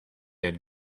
had